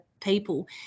people